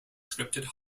scripted